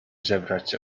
żebrać